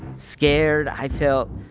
scared. i felt